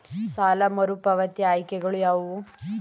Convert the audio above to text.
ಸಾಲ ಮರುಪಾವತಿ ಆಯ್ಕೆಗಳು ಯಾವುವು?